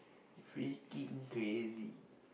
freaking crazy